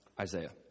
Isaiah